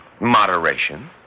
Moderation